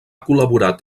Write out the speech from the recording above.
col·laborat